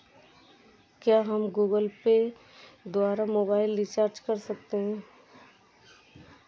क्या हम Google pay द्वारा मोबाइल रिचार्ज कर सकते हैं?